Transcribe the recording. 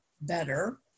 better